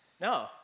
No